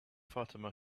fatima